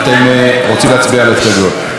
אתם רוצים להצביע על ההסתייגויות.